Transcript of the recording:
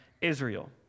Israel